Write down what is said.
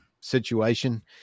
situation